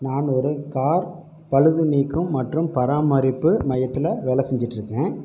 நான் ஒரு கார் பழுது நீக்கம் மற்றும் பராமரிப்பு மையத்தில் வேலை செஞ்சிகிட்டு இருக்கேன்